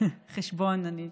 בחשבון אני,